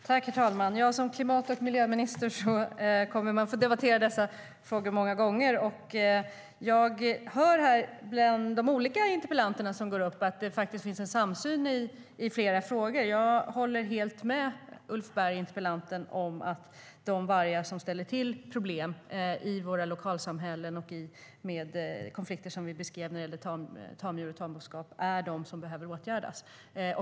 Herr talman! Som klimat och miljöminister kommer jag att få debattera dessa frågor många gånger. Jag hör här från de olika interpellanterna att det finns en samsyn i flera frågor. Jag håller helt med Ulf Berg, interpellanten, om att problemet med de vargar som ställer till med problem i våra lokalsamhällen och de konflikter som han beskrev när det gäller tamdjur och tamboskap behöver åtgärdas.